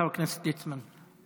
חבר הכנסת ליצמן.